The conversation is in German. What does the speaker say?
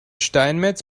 steinmetz